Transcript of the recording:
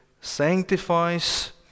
sanctifies